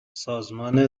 سازمان